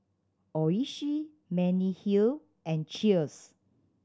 Oishi Mediheal and Cheers